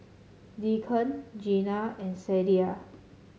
Deacon Jeana and Sadye